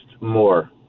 more